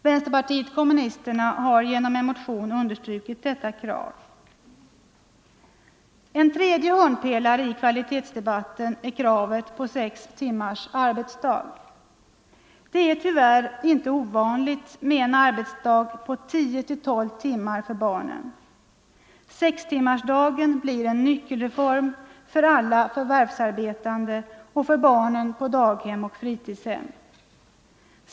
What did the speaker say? Vpk har genom en motion understrukit detta krav. En tredje hörnpelare i kvalitetsdebatten är kravet på sex timmars arbetsdag. Det är tyvärr inte ovanligt med en arbetsdag på tio-tolv timmar för barnen. Sextimmarsdagen blir en nyckelreform för alla förvärvsarbetande och för barnen på daghem och fritidshem.